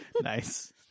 Nice